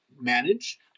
Manage